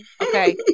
Okay